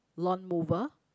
lawn mower